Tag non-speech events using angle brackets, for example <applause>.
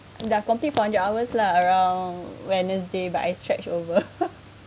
I complete four hundred hours lah around wednesday but I stretch over <laughs>